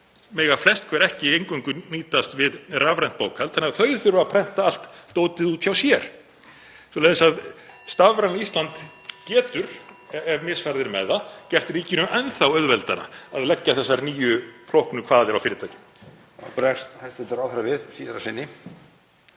mega flest hver ekki eingöngu notast við rafrænt bókhald þannig að þau þurfa að prenta allt dótið út hjá sér, svoleiðis að Stafrænt Ísland getur, ef misfarið er með það, gert ríkinu enn auðveldara að leggja nýjar og flóknar kvaðir á fyrirtæki.